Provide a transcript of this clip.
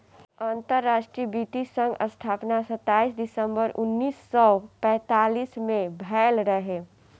अंतरराष्ट्रीय वित्तीय संघ स्थापना सताईस दिसंबर उन्नीस सौ पैतालीस में भयल रहे